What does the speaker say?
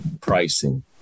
pricing